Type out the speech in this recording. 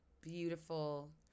beautiful